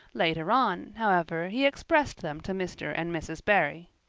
later on, however, he expressed them to mr. and mrs. barry.